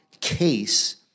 case